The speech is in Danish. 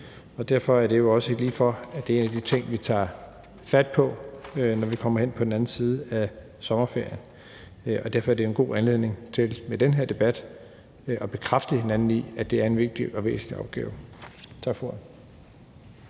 sig. Derfor ligger det jo også lige for, at det er en af de ting, vi tager fat på, når vi kommer hen på den anden side at sommerferien. Derfor er den her debat en god anledning til at bekræfte hinanden i, at det er en vigtig og væsentlig opgave. Tak for ordet.